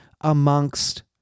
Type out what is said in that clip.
amongst